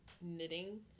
knitting